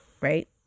right